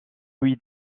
huit